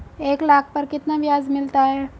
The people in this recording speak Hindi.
एक लाख पर कितना ब्याज मिलता है?